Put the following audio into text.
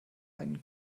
einen